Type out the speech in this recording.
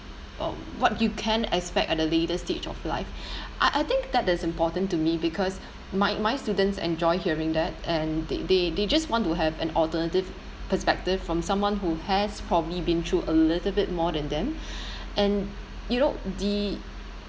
um what you can expect at a later stage of life I I think that that is important to me because my my students enjoy hearing that and they they they just want to have an alternative perspective from someone who has probably been through a little bit more than them and you know the